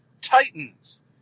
Titans